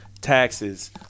taxes